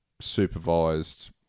supervised